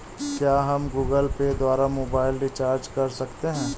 क्या हम Google Pay द्वारा मोबाइल रिचार्ज कर सकते हैं?